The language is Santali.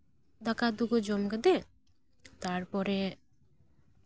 ᱫᱟᱠᱟ ᱩᱛᱩ ᱠᱚ ᱡᱚᱢ ᱠᱟᱛᱮ ᱛᱟᱨᱯᱚᱨᱮ